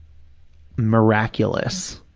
miraculous,